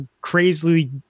crazily